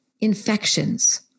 Infections